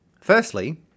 Firstly